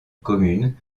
communes